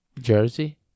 Jersey